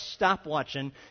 stopwatching